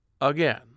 again